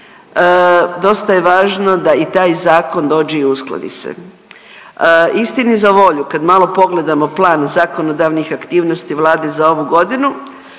dosta je važno da i taj zakon dođe i uskladi se. Istini za volju kad malo pogledamo plan zakonodavnih aktivnosti vlade za ovu godinu